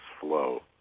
flow